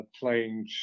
playing